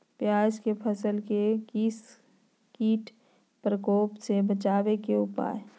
प्याज के फसल के कीट के प्रकोप से बचावे के उपाय?